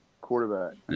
quarterback